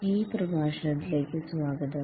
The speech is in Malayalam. ഈ പ്രഭാഷണത്തിലേക്ക് സ്വാഗതം